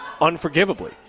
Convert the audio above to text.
unforgivably